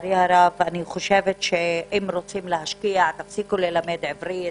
אני חושבת שאם רוצים להשקיע, תפסיקו ללמד עברית,